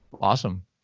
Awesome